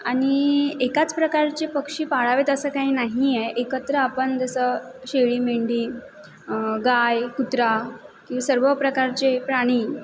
आणि एकाच प्रकारचे पक्षी पाळावेत असं काही नाही आहे एकत्र आपण जसं शेळी मेंढी गाय कुत्रा हे सर्व प्रकारचे प्राणी